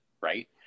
Right